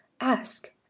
Ask